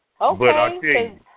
Okay